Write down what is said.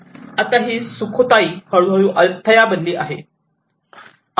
आता ही सुखोताई हळूहळू अय्युथय़ा बनली आहे